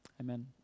Amen